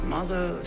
Mother